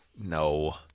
No